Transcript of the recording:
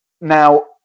Now